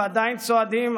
ועדיין צועדים,